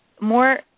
more